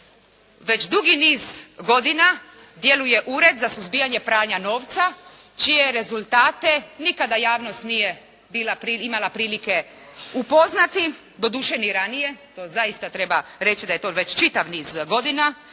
već dugi niz godina djeluje Ured za suzbijanje pranja novca čije rezultate nikada javnost nije imala prilike upoznati, doduše ni ranije, to zaista treba reći da je to već čitav niz godina,